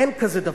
אין כזה דבר.